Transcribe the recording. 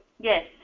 yes